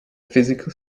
physical